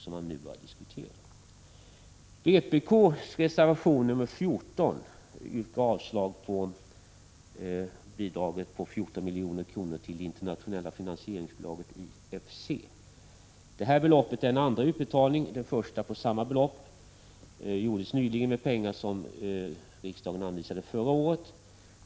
I vpk:s reservation nr 14 yrkar man avslag på det föreslagna bidraget på 14 milj.kr. till det internationella finansieringsbolaget, IFC. Det här beloppet är en andra utbetalning — den första på samma belopp gjordes nyligen med pengar som riksdagen anvisade förra året.